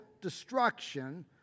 destruction